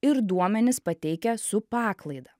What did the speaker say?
ir duomenis pateikia su paklaida